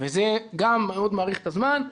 זה גם מאוד מאריך את הזמן,